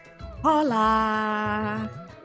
Hola